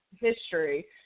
history